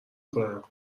کنم